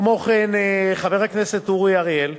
כמו כן חבר הכנסת אורי אריאל,